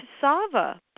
cassava